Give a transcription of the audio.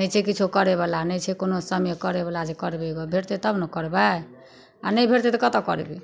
नहि छै किछो करैवला नहि छै कोनो समय करैवला जे करबै गऽ भेटतै तब ने करबै आओर नहि भेटतै तऽ कतऽ करबै